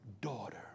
Daughter